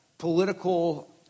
political